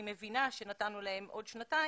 אני מבינה שנתנו להם עוד שנתיים,